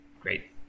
Great